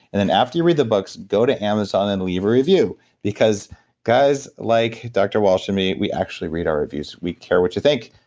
and then after you read the books, go to amazon and leave a review because guys like dr. walsh and me, we actually read our reviews. we care what you think.